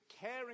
Caring